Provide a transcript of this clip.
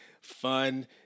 fun